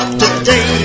today